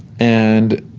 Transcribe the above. and,